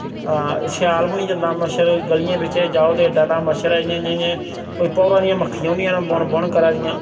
हां स्याल बी नी जंदा मच्छर गलियें बिच्चै जाओ ते डाह्डा मच्छर ऐ इञ इञ इञ कोई भौंरा दियां मक्खियां होंदियां न मुन मुन करा दियां